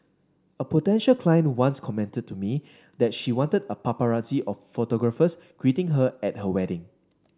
a potential client once commented to me that she wanted a paparazzi of photographers greeting her at her wedding